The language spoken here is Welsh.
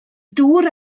dŵr